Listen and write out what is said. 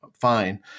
fine